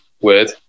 word